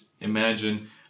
imagine